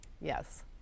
Yes